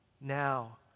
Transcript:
now